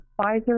Pfizer